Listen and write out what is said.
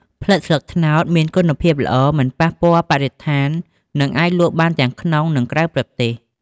ផ្លិតស្លឹកត្នោតមានគុណភាពល្អ មិនប៉ះពាល់បរិស្ថាន និងអាចលក់បានទាំងក្នុងស្រុក និងក្រៅប្រទេស។